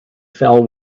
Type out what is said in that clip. fell